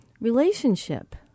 relationship